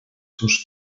seus